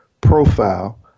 profile